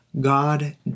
God